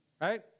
right